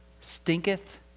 stinketh